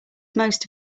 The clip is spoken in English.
most